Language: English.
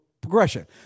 progression